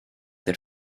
der